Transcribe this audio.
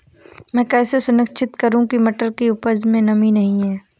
मैं कैसे सुनिश्चित करूँ की मटर की उपज में नमी नहीं है?